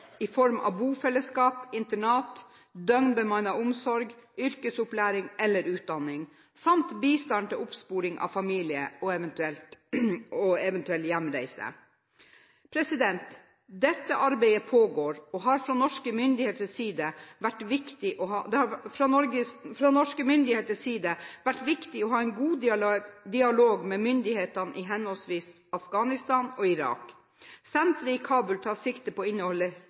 i form av bofellesskap/internat, døgnbemannet omsorg, yrkesopplæring eller utdanning samt bistand til oppsporing av familie og til eventuell hjemreise. Dette arbeidet pågår, og det har fra norske myndigheters side vært viktig å ha en god dialog med myndighetene i henholdsvis Afghanistan og Irak. Senteret i Kabul tar sikte på